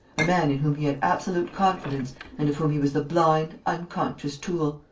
a man in whom he had absolute confidence and of whom he was the blind, unconscious tool.